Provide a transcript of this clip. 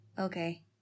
Okay